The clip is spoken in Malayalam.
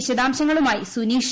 വിശദാംശങ്ങളുമായി സുനീഷ്